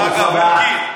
ברוך הבא.